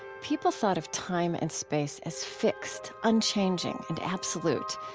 people thought of time and space as fixed, unchanging and absolute,